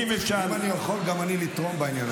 אני מקבל את הצעתכם.